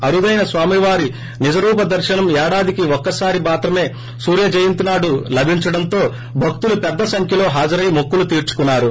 అరుదైన స్వామివారి నిజరూప దర్ననం ఏడాదికి ఒక్క సారి మాత్రమే సూర్యజయంతి నాడు మాత్రమే లభించడంతో భక్తులు పెద్ద సంఖ్యలో హాజరై మొక్కులు తీర్చుకున్నారు